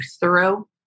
thorough